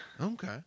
okay